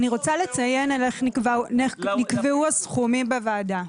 לציין איך נקבעו הסכומים בוועדה.